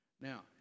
Now